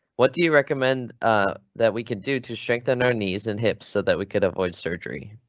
what do you recommend that we could do to strengthen our knees and hips so that we could avoid surgery?